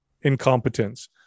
incompetence